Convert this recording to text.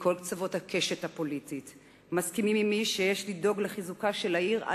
מכל קצוות הקשת הפוליטית מסכימים עמי שיש לדאוג לחיזוקה של העיר,